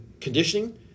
conditioning